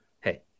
Hey